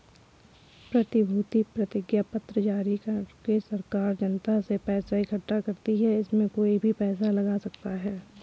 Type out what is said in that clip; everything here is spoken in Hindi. प्रतिभूति प्रतिज्ञापत्र जारी करके सरकार जनता से पैसा इकठ्ठा करती है, इसमें कोई भी पैसा लगा सकता है